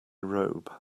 robe